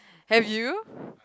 have you